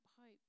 hope